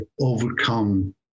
overcome